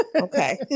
Okay